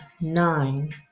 nine